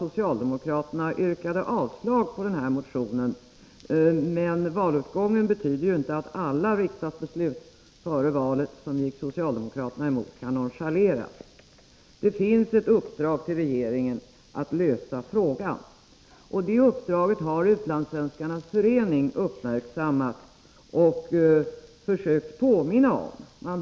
Socialdemokraterna yrkade visserligen avslag på denna motion, men valutgången betyder inte att alla riksdagsbeslut före valet som gick socialdemokraterna emot kan nonchaleras. Det finns ett uppdrag till regeringen att lösa frågan. Detta uppdrag har Utlandssvenskarnas förening uppmärksammat och försökt påminna om.